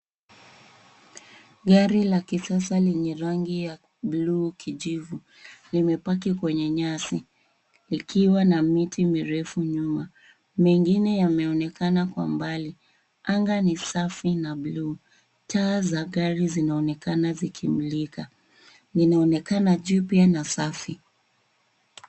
Gari la kisasa lenye rangi ya bluu kijivu, limepaki kwenye nyasi, likiwa na miti mirefu nyuma. Mengine yameonekana kwa mbali. Anga ni safi na bluu. Taa za gari zinaonekana zikimulika. Linaonekana jipya na safi.